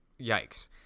yikes